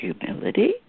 humility